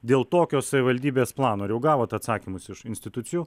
dėl tokio savivaldybės plano ar jau gavot atsakymus iš institucijų